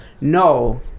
No